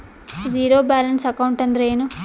Zero balance account ಅಂದ್ರ ಏನು?